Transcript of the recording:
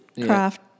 Craft